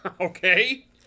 Okay